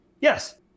Yes